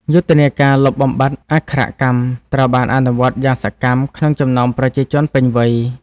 យុទ្ធនាការលុបបំបាត់អក្ខរកម្មត្រូវបានអនុវត្តយ៉ាងសកម្មក្នុងចំណោមប្រជាជនពេញវ័យ។